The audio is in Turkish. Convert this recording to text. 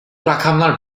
rakamlar